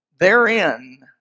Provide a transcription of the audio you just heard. Therein